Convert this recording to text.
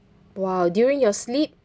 !wah! during your sleep